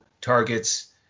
targets